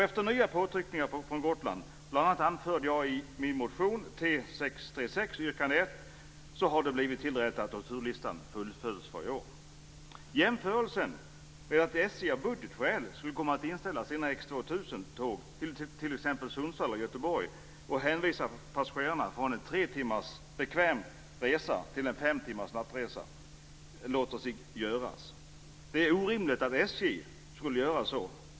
Efter nya påtryckningar från Gotland - jag anförde bl.a. detta min en motion Jämförelsen med att SJ av budgetskäl skulle komma på att inställa X 2000-tågen till t.ex. Sundsvall och Göteborg och hänvisa passagerarna från en tre timmars bekväm resa till en fem timmars nattresa låter sig göras. Det är orimligt att SJ skulle göra så.